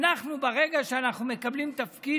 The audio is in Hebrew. אנחנו, ביהדות התורה, ברגע שאנחנו מקבלים תפקיד,